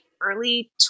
early